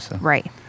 Right